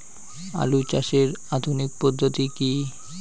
আলু চাষের আধুনিক পদ্ধতি কি?